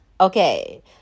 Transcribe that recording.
Okay